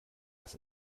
was